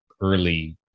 early